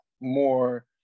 more